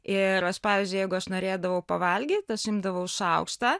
ir aš pavyzdžiui jeigu aš norėdavau pavalgyt aš imdavau šaukštą